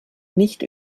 nicht